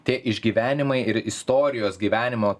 tie išgyvenimai ir istorijos gyvenimo